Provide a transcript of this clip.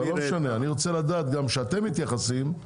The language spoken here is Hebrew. אבל אני רוצה לדעת שאתם מתייחסים,